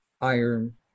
iron